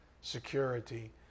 security